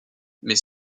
mais